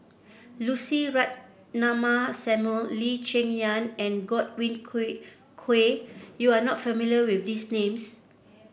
Lucy Ratnammah Samuel Lee Cheng Yan and Godwin Koay Koay you are not familiar with these names